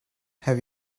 have